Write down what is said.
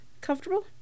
comfortable